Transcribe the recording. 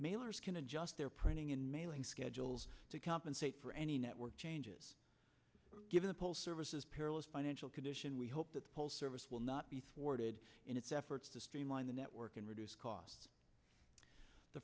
mailers can adjust their printing and mailing schedules to compensate for any network changes given the post service is perilous financial condition we hope that service will not be thwarted in its efforts to streamline the network and reduce costs the